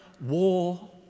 war